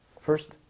First